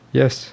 yes